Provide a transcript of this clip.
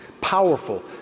powerful